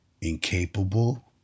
incapable